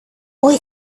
boy